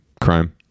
Crime